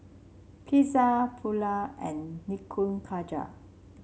Pizza Pulao and Nikujaga